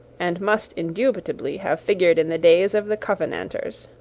and must indubitably have figured in the days of the covenanters.